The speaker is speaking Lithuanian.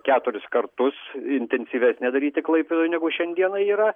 keturis kartus intensyvesnę daryti klaipėdoj negu šiandieną yra